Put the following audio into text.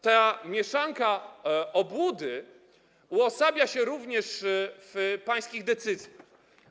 Ta mieszanka obłudy uosabia się również w pańskich decyzjach.